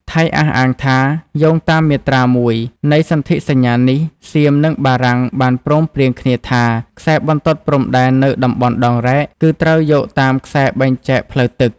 ថៃអះអាងថា យោងតាមមាត្រា ១ នៃសន្ធិសញ្ញានេះ សៀម និងបារាំង បានព្រមព្រៀងគ្នាថា ខ្សែបន្ទាត់ព្រំដែននៅតំបន់ដងរែក គឺត្រូវយកតាមខ្សែបែងចែកផ្លូវទឹក។